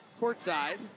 courtside